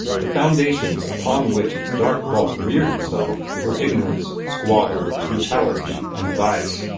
the foundations upon which its dark bulk reared itself were ignorance, squalor, brutality and vice.